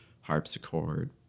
harpsichord